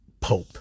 Pope